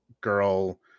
girl